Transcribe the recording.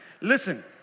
Listen